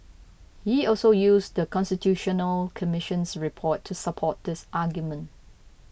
he also used The Constitutional Commission's report to support this argument